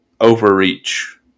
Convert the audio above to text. overreach